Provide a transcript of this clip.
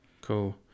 cool